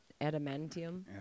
Adamantium